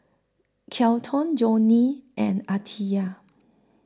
Kelton Joni and Aditya